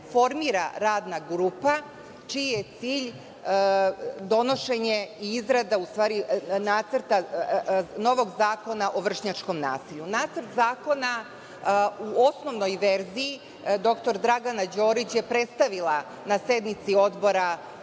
formira radna grupa, čiji je cilj donošenje i izrada nacrta novog zakona o vršnjačkom nasilju. Nacrt zakona u osnovnoj verziji dr Dragana Đorić je predstavila na sednici Odbora